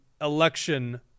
election